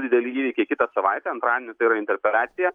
dideli įvykiai kitą savaitę antradienį tai yra interpeliacija